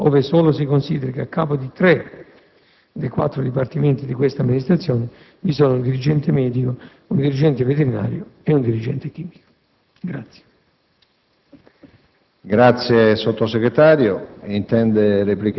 il rilievo che le professionalità sanitarie rivestono all'interno del Ministero, ove solo si consideri che a capo di tre dei quattro dipartimenti di questa Amministrazione vi sono un dirigente medico, un dirigente veterinario e un dirigente chimico.